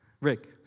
Rick